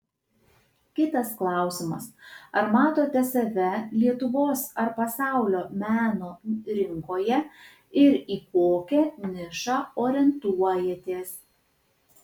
kitas klausimas ar matote save lietuvos ar pasaulio meno rinkoje ir į kokią nišą orientuojatės